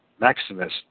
Maximus